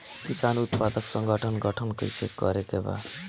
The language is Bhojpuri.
किसान उत्पादक संगठन गठन कैसे करके बा?